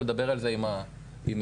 מדינת ישראל אמרה "חינוך חינם",